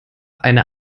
eine